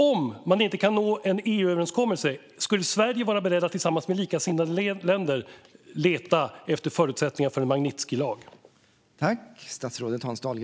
Om man inte kan nå en EU-överenskommelse, skulle Sverige vara berett att tillsammans med likasinnade länder leta efter förutsättningar för en Magnitskijlag?